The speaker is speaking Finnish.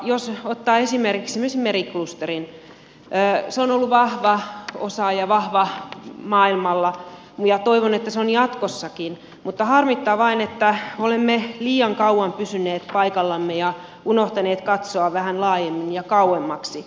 jos ottaa esimerkiksi meriklusterin se on ollut vahva osaaja vahva maailmalla ja toivon että se on jatkossakin mutta harmittaa vain että olemme liian kauan pysyneet paikallamme ja unohtaneet katsoa vähän laajemmin ja kauemmaksi